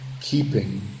keeping